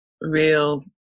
real